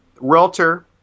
Realtor